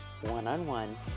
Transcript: one-on-one